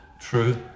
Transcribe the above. true